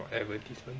advertisement